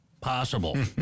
possible